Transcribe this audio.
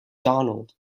donald